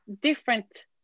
different